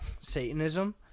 satanism